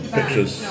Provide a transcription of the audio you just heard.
pictures